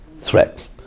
threat